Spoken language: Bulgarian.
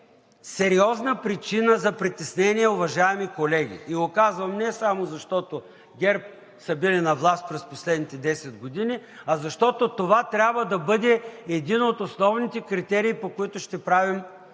сериозна причина за притеснение, уважаеми колеги. Казвам го не само защото ГЕРБ са били на власт през последните 10 години, а защото това трябва да бъде един от основните критерии, по който ще правим